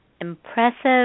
impressive